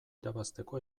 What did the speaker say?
irabazteko